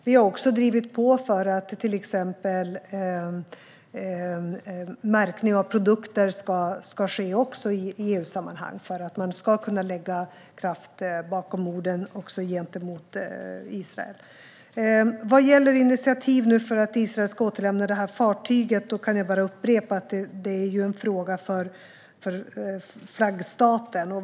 Vi har också drivit på för att till exempel märkning av produkter ska ske även i EU-sammanhang, för att man ska kunna lägga kraft bakom orden också gentemot Israel. Vad gäller initiativ för att Israel ska återlämna fartyget kan jag bara upprepa att det är en fråga för flaggstaten.